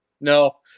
No